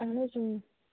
اَہَن حظ